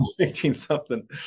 18-something